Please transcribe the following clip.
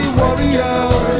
warriors